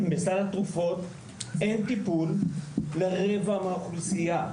בסל התרופות אין טיפול לרבע מהאוכלוסייה.